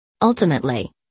Ultimately